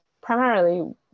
primarily